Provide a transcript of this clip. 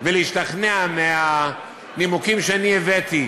להשתכנע מהנימוקים שאני הבאתי